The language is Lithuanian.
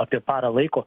apie parą laiko